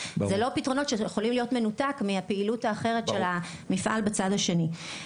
זה לא פתרונות שיכולים להיות מנותק מהפעילות האחרת של המפעל בצד השני.